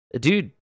Dude